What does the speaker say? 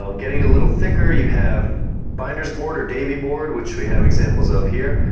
um getting a little thicker you have binders board or davey board which we have examples of here,